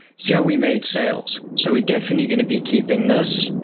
yeah we made sales. so, we definitely going to be keeping this.